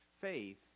faith